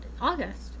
August